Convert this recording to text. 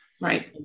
Right